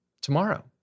tomorrow